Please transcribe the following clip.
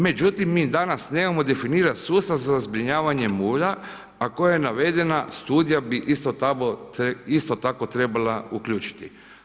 Međutim, mi danas nemamo definiran sustav za zbrinjavanje mulja, a koja je navedena, studija bi isto tako trebala uključiti.